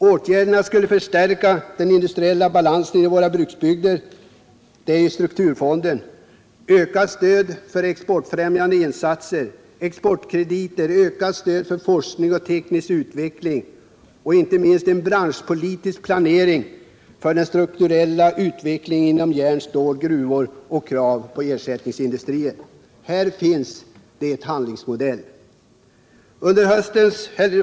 Åtgärderna som skulle förbättra den industriella balansen i våra bruksbygder är strukturfonden, ökat stöd för exportfrämjande insatser, exportkrediter, ökat stöd till forskning och teknisk utveckling och, inte minst, en branschpolitisk planering för den strukturella utvecklingen inom järn, stål och gruvor samt krav på ersättningsindustrier. Här finns handlingsmodellen.